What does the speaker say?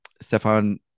Stefan